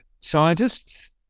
scientists